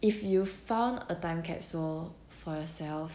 if you found a time capsule for yourself